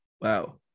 wow